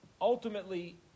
Ultimately